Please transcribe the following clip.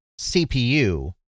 CPU